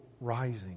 rising